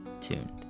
tuned